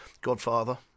godfather